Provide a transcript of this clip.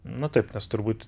na taip nes turbūt